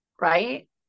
right